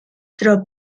tro